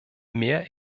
mehr